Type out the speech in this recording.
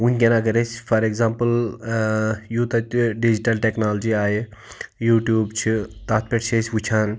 وُنکٮ۪ن اگر أسۍ فار ایٚگزامپٕل ٲں یوٗتاہ تہِ ڈِجِٹَل ٹیٚکنالجی آیہِ یوٗٹیوٗب چھِ تَتھ پٮ۪ٹھ چھِ أسۍ وُچھان